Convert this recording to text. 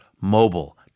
mobile